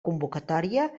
convocatòria